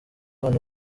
abana